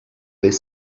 what